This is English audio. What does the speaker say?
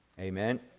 Amen